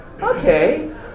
okay